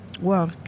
work